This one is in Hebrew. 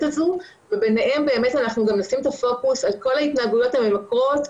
הזו וביניהם אנחנו נשים את הפוקוס על כל ההתנהגויות הממכרות,